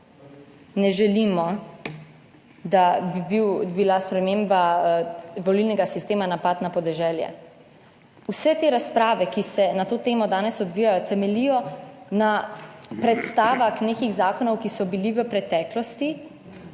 ne želimo, da bi bila sprememba volilnega sistema napad na podeželje. Vse te razprave, ki se na to temo danes odvijajo, temeljijo na predstavah nekih zakonov, ki so bili v preteklosti